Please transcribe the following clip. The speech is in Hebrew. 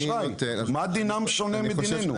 מה דינם שונה מדיננו?